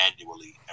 annually